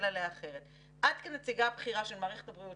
אחרת את כנציגה הבכירה של מערכת הבריאות